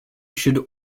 should